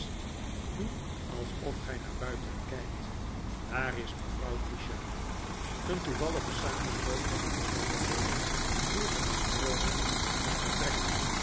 doe alsof gy naar buiten kijkt daar is mevrouw tisher een toevallige samenloop van omstandigheden voert de matrone in het vertrek